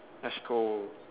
let's go